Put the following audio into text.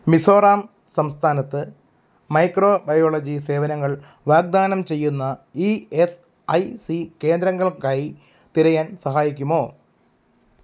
മിസോറാം സംസ്ഥാനത്ത് മൈക്രോബയോളജി സേവനങ്ങൾ വാഗ്ദാനം ചെയ്യുന്ന ഈ എസ് ഐ സീ കേന്ദ്രങ്ങൾക്കായി തിരയാൻ സഹായിക്കുമോ